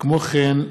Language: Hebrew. כמו כן,